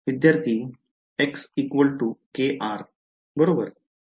विद्यार्थी x kr बरोबर